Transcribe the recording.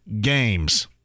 games